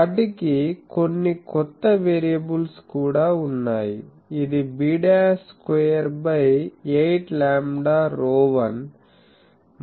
వాటికి కొన్ని కొత్త వేరియబుల్స్ కూడా ఉన్నాయి ఇది b స్క్వేర్ బై 8 లాంబ్డా ρ1